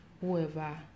whoever